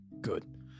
Good